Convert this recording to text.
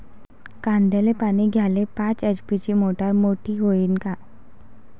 कांद्याले पानी द्याले पाच एच.पी ची मोटार मोटी व्हईन का?